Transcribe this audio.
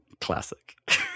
classic